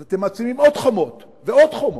אז אתם מציבים עוד חומות ועוד חומות.